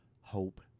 Hope